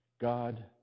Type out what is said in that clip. God